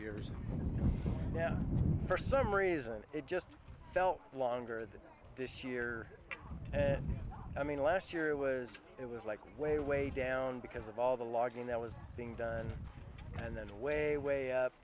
years now for some reason it just felt longer than this year and i mean last year it was it was like way way down because of all the logging that was being done and way way